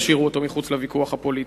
תשאירו אותו מחוץ לוויכוח הפוליטי.